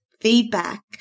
feedback